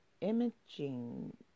Imaging